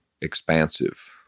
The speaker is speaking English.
expansive